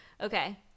okay